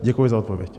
Děkuji za odpověď.